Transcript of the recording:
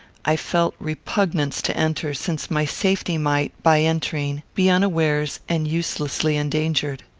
i felt repugnance to enter, since my safety might, by entering, be unawares and uselessly endangered.